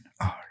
art